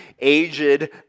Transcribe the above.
aged